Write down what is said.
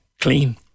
clean